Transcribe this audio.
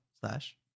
slash